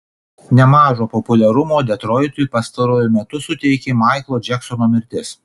nemažo populiarumo detroitui pastaruoju metu suteikė maiklo džeksono mirtis